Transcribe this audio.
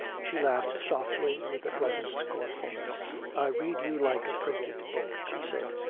she laughed softly, with a pleasant scornfulness. i read you like a printed book she said.